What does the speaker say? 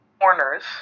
corners